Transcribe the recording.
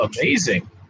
amazing